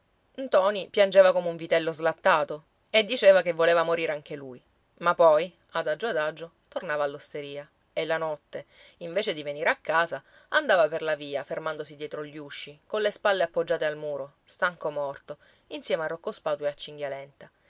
ragazzi ntoni piangeva come un vitello slattato e diceva che voleva morire anche lui ma poi adagio adagio tornava all'osteria e la notte invece di venire a casa andava per la via fermandosi dietro gli usci colle spalle appoggiate al muro stanco morto insieme a rocco spatu e a